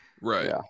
Right